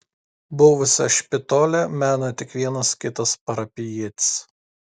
buvusią špitolę mena tik vienas kitas parapijietis